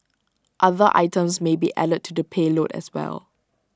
other items may be added to the payload as well